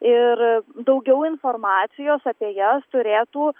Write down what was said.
ir daugiau informacijos apie jas turėtų